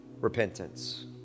repentance